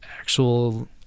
actual